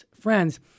friends